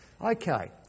Okay